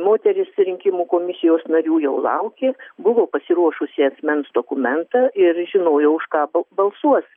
moteris rinkimų komisijos narių jau laukė buvo pasiruošusi asmens dokumentą ir žinojo už ką balsuos